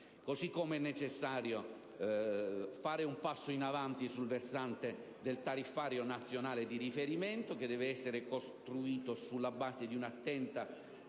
Parimenti, è necessario compiere un passo in avanti sul versante del tariffario nazionale di riferimento, che deve essere costruito sulla base di un'attenta